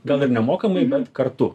gal ir nemokamai bet kartu